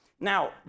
Now